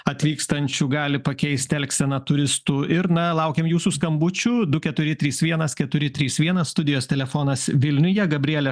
atvykstančių gali pakeisti elgseną turistų ir na laukiam jūsų skambučių du keturi trys vienas keturi trys vienas studijos telefonas vilniuje gabrielė